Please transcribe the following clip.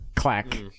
Clack